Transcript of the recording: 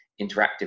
interactive